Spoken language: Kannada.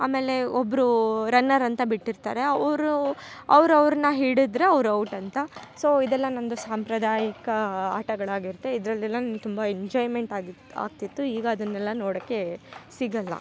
ಆಮೇಲೆ ಒಬ್ಬರು ರನ್ನರ್ ಅಂತ ಬಿಟ್ಟಿರ್ತಾರೆ ಅವರು ಅವ್ರ ಅವರನ್ನ ಹಿಡಿದ್ರೆ ಅವ್ರು ಔಟ್ ಅಂತ ಸೊ ಇದೆಲ್ಲ ನಂದು ಸಾಂಪ್ರದಾಯಿಕ ಆಟಗಳಾಗಿರುತ್ತೆ ಇದರಲ್ಲೆಲ್ಲ ನನ್ನ ತುಂಬ ಎಂಜೋಯ್ಮೆಂಟ್ ಆಗತ್ತೆ ಆಗುತಿತ್ತು ಈಗ ಅದನೆಲ್ಲ ನೋಡೊಕೆ ಸಿಗೊಲ್ಲ